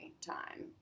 time